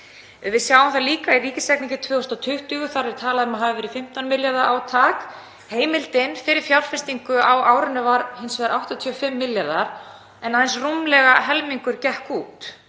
Við sjáum það líka í ríkisreikningi 2020 en þar er talað um að hafi verið 15 milljarða átak. Heimildin fyrir fjárfestingu á árinu var hins vegar 85 milljarðar en aðeins rúmlega helmingur gekk út.